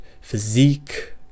physique